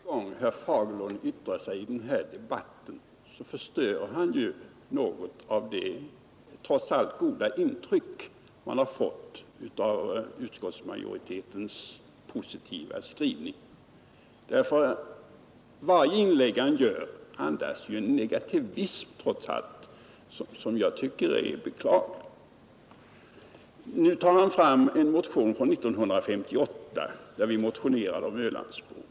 Herr talman! För varje gång herr Fagerlund yttrar sig i den här debatten förstör han något av det trots allt goda intryck man har fått av utskottsmajoritetens positiva skrivning. Varje inlägg som han gör andas nämligen en negativism som jag tycker är beklaglig. Nu tar han fram en motion från 1958, då vi motionerade om Ölandsbron.